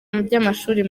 ry’amashuri